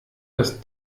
das